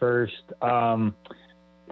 first